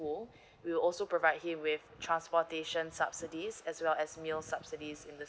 we'll also provide him with transportation subsidies as well as meal subsidies in